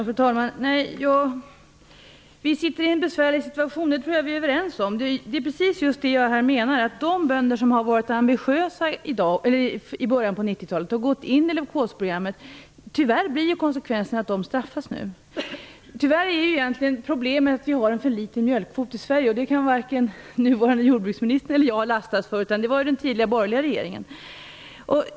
Fru talman! Vi befinner oss i en besvärlig situation, och det tror jag att vi är överens om. Det är precis det jag menar, de bönder som var ambitiösa i början av 90-talet och gick in i leukosprogrammet straffas nu. Detta är konsekvensen. Problemet är tyvärr att vi har en för liten mjölkkvot i Sverige. Det kan varken den nuvarande jordbruksministern eller jag lastas för. Det var den tidigare borgerliga regeringen som åstadkom detta.